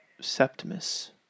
Septimus